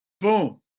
Boom